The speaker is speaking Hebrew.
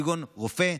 כגון רופא,